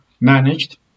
managed